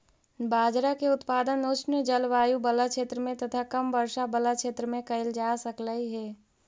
बाजरा के उत्पादन उष्ण जलवायु बला क्षेत्र में तथा कम वर्षा बला क्षेत्र में कयल जा सकलई हे